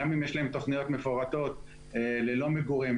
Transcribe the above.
גם אם יש להן תוכניות מפורטות ללא מגורים,